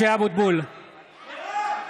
אני לא שומעת אותך.